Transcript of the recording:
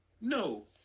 No